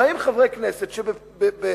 באים חברי כנסת שבעצמם,